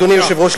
אדוני היושב-ראש,